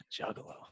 Juggalo